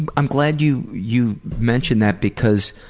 and i'm glad you you mentioned that because